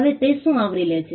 હવે તે શું આવરી લે છે